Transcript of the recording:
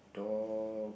dog